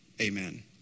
Amen